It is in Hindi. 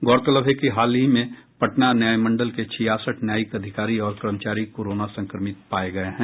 गौरतलब है कि हाल ही में पटना न्यायमंडल के छियासठ न्यायिक अधिकारी और कर्मचारी कोरोना संक्रमित पाए गए हैं